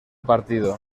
partido